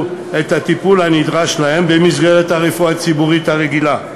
את הטיפול הנדרש להם במסגרת הרפואה הציבורית הרגילה,